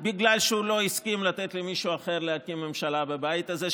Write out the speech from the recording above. בגלל שהוא לא הסכים לתת למישהו אחר להקים ממשלה בבית הזה,